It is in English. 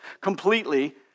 completely